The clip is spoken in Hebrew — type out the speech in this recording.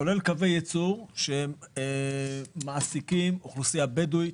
כולל קווי ייצור שמעסיקים אוכלוסייה בדואית,